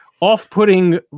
off-putting